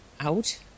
out